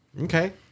Okay